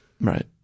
Right